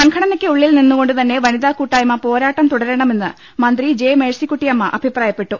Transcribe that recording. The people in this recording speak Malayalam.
സംഘടനയ്ക്ക് ഉള്ളിൽ നിന്നുകൊണ്ട്തന്നെ വനിതാകൂട്ടായ്മ പോരാട്ടം തുടരണമെന്ന് മന്ത്രി ജെ മേഴ്സിക്കുട്ടിയമ്മ അഭിപ്രായപ്പെട്ടു